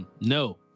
No